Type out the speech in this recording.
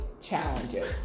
challenges